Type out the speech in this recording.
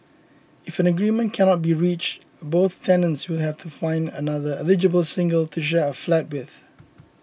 if an agreement cannot be reached both tenants will have to find another eligible single to share a flat with